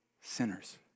sinners